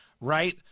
right